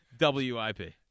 WIP